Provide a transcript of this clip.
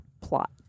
plot